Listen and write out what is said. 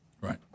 Right